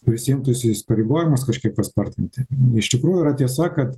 prisiimtus įsipareigojimus kažkiek paspartinti iš tikrųjų yra tiesa kad